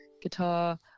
guitar